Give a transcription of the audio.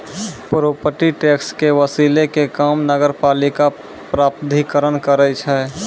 property tax के वसूलै के काम नगरपालिका प्राधिकरण करै छै